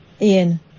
Ian